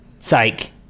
Psych